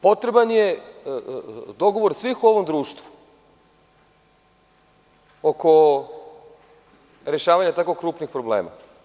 Potreban je dogovor svih u ovom društvu oko rešavanja tako krupnih problema.